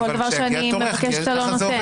כל דבר שאני מבקשת אתה לא נותן.